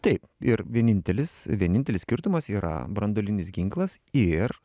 taip ir vienintelis vienintelis skirtumas yra branduolinis ginklas ir